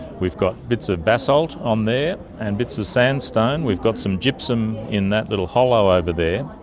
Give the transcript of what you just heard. we've got bits of basalt on there and bits of sandstone, we've got some gypsum in that little hollow over there.